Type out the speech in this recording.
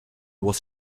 was